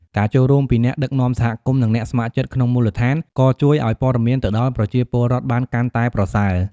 ការចូលរួមពីអ្នកដឹកនាំសហគមន៍ និងអ្នកស្ម័គ្រចិត្តក្នុងមូលដ្ឋាន ក៏ជួយឲ្យព័ត៌មានទៅដល់ប្រជាពលរដ្ឋបានកាន់តែប្រសើរ។